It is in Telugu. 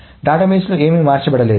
డేటాబేస్లో ఏమీ మార్చబడలేదు